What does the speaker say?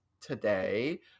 today